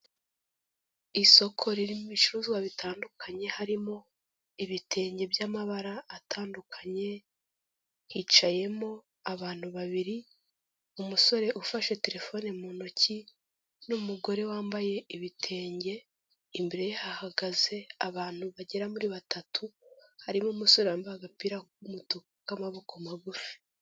Isoko ririmo ibicuruzwa bitandukanye, harimo ibitenge by'amabara atandukanye, hicayemo abantu babiri, umusore ufashe terefone mu ntoki n'umugore wambaye ibitenge, imbere ye hahagaze abantu bagera muri batatu, harimo umusore wambaye agapira k'umutuku k'amaboko magufi.